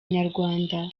inyarwanda